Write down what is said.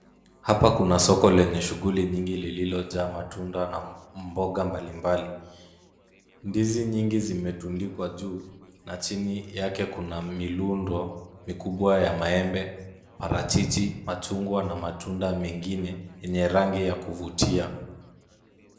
Hapa kuna soko lenye shughuli nyingi, lililojaa matunda na mboga mbalimbali. Ndizi nyingi zimetundikwa juu, na chini yake kuna milundo mikubwa ya maembe, parachichi, machungwa na matunda mengine yenye rangi ya kuvutia.